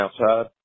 outside